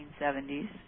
1970s